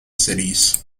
cities